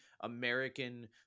American